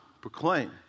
proclaim